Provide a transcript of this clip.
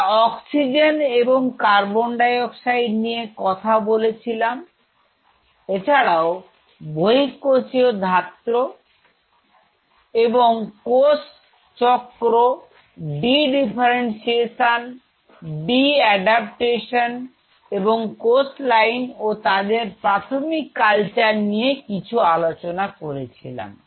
আমরা অক্সিজেন এবং carbon dioxide নিয়ে কথা বলছিলাম এছাড়াও বহিঃকোষীয় ছাত্র এবং কোষ চক্র ডি ডিফারেন্সিয়েশন ডি এডাপটেশন এবং কোষ লাইন ও তাদের মাঝে প্রাথমিক কালচার নিয়ে কিছু আলোচনা করেছিলাম